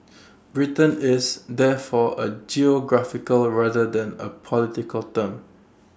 Britain is therefore A geographical rather than A political term